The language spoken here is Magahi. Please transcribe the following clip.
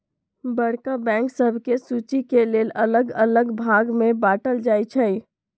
बड़का बैंक सभके सुचि के लेल अल्लग अल्लग भाग में बाटल जाइ छइ